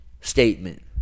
statement